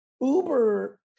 Uber